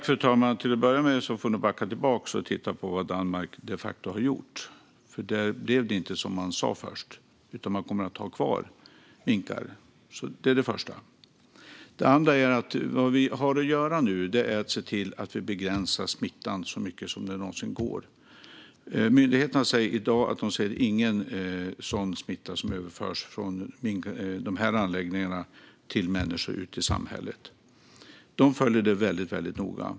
Fru talman! Till att börja med får vi nog backa tillbaka och titta på vad Danmark de facto har gjort. Där blev det inte som man sa först, utan man kommer att ha kvar minkar. Detta är det första. Det andra är att det vi har att göra nu är att se till att vi begränsar smittan så mycket som det någonsin går. Myndigheterna säger i dag att de inte ser någon smitta som överförs från dessa anläggningar till människor ute i samhället. Myndigheterna följer detta väldigt noga.